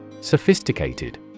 Sophisticated